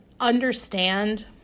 understand